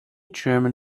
german